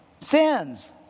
sins